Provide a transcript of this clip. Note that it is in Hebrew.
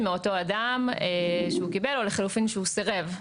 מאותו אדם שהוא קיבל או לחילופין שהוא סירב,